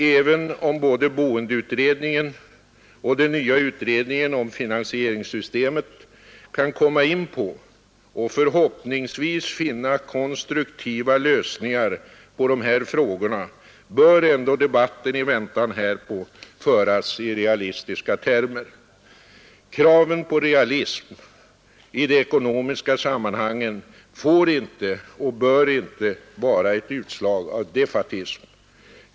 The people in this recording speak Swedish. Även om både boendeutredningen och den nya utredningen om finansieringssystemet kan komma in på och förhoppningsvis finna konstruktiva lösningar på de här frågorna, bör ändå debatten i väntan härpå föras i realistiska termer. Kraven på realism i de ekonomiska sammanhangen får inte och bör inte vara ett utslag av defaitism.